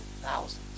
thousands